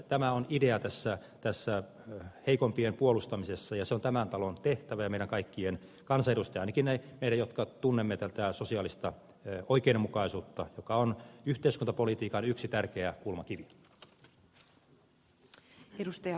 tämä on idea tässä heikompien puolustamisessa ja se on tämän talon tehtävä ja meidän kaikkien kansanedustajien ainakin meidän jotka tunnemme tätä sosiaalista oikeudenmukaisuutta joka on yhteiskuntapolitiikan yksi tärkeä kulmakivi